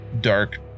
dark